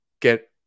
get